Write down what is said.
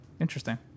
Interesting